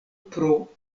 pro